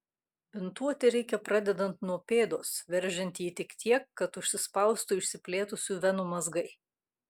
bintuoti reikia pradedant nuo pėdos veržiant jį tik tiek kad užsispaustų išsiplėtusių venų mazgai